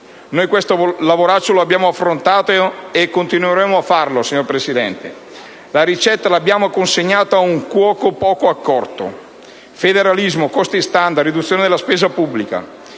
Noi questo lavoraccio lo abbiamo affrontato e continueremo a farlo, signora Presidente! La ricetta l'abbiamo consegnata ad un cuoco poco accorto. Federalismo, costi *standard,* riduzione della spesa pubblica: